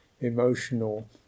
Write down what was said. emotional